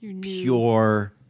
pure